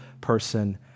person